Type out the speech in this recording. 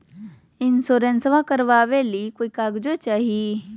इंसोरेंसबा करबा बे ली कोई कागजों चाही?